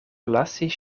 lasis